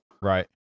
Right